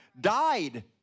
died